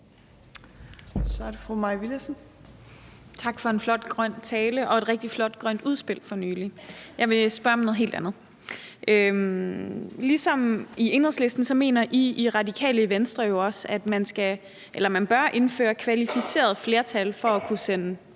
Tak for en flot grøn tale – og et rigtig flot grønt udspil for nylig. Jeg vil spørge om noget helt andet. Ligesom Enhedslisten mener Radikale Venstre jo også, at man bør indføre kvalificeret flertal for at kunne sende